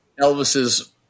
Elvis's